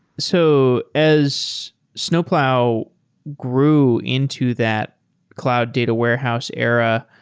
so as snowplow grew into that cloud data warehouse era,